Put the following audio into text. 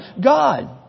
God